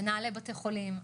מנהלי בתי חולים,